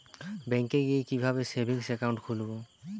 ব্যাঙ্কে গিয়ে কিভাবে সেভিংস একাউন্ট খুলব?